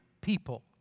people